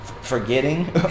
forgetting